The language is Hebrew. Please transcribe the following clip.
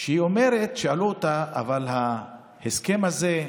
שאלו אותה: אבל ההסכם הזה,